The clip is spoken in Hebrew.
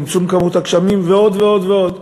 צמצום כמות הגשמים ועוד ועוד ועוד.